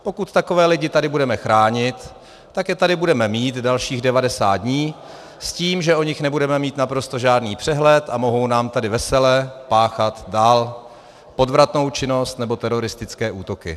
Pokud takové lidi tady budeme chránit, tak je tady budeme mít dalších 90 dní s tím, že o nich nebudeme mít naprosto žádný přehled a mohou nám tady vesele páchat dál podvratnou činnost nebo teroristické útoky.